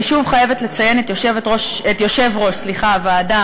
אני שוב חייבת לציין את יושב-ראש הוועדה,